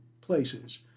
places